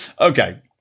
Okay